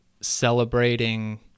celebrating